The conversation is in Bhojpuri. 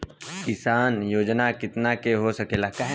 किसान योजना कितना के हो सकेला?